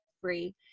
Free